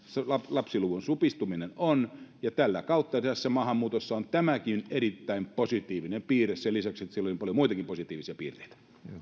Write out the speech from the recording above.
lapsiluvun supistuminen on ja tätä kautta tässä maahanmuutossa on tämäkin erittäin positiivinen piirre sen lisäksi että sillä on paljon muitakin positiivisia piirteitä